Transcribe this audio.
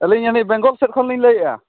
ᱟᱹᱞᱤᱧ ᱵᱮᱝᱜᱚᱞ ᱥᱮᱫᱠᱷᱚᱱᱞᱤᱧ ᱞᱟᱹᱭᱮᱫᱼᱟ